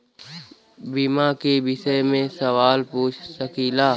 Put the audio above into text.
बीमा के विषय मे सवाल पूछ सकीलाजा?